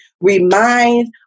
remind